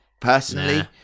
personally